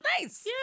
nice